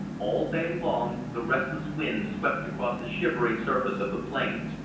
all day long the restless wind swept across the shivering surface of the plains,